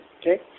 okay